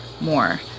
more